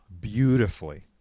beautifully